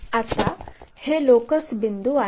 आता हे लोकस बिंदू आहेत